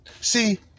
See